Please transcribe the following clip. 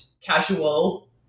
casual